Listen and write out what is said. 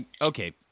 Okay